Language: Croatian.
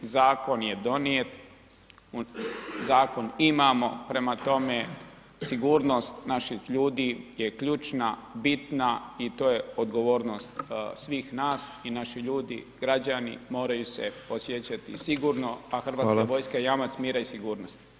Zakon je donijet, zakon imamo prema tome sigurnost naših ljudi je ključna, bitna i to je odgovornost svih nas i naši ljudi građani moraju se osjećati sigurno, a Hrvatska vojska je jamac mira i sigurnosti.